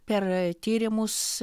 per tyrimus